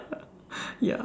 ya